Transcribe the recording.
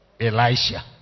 Elisha